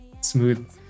smooth